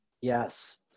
Yes